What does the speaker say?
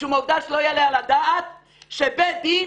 משום העובדה שלא יעלה על הדעת שבית דין